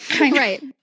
Right